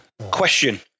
Question